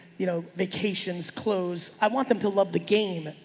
you know vacations, clothes. i want them to love the game,